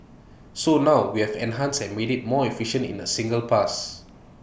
so now we have enhanced and made IT more efficient in A single pass